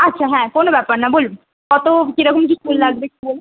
আচ্ছা হ্যাঁ কোনো ব্যাপার না বলুন কত কি রকম কি ফুল লাগবে একটু বলুন